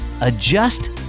Adjust